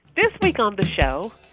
this week on the show,